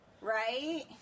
Right